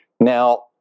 Now